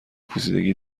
پوسیدگی